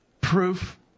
proof